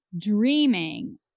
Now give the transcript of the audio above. Dreaming